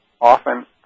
often